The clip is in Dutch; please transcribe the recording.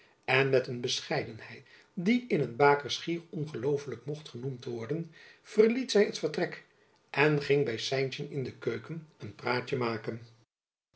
en met een bescheidenheid die in een baker schier ongelooflijk mocht genoemd worden verliet zy het vertrek en ging by stijntjen in de keuken een praatjen maken